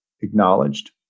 acknowledged